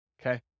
Okay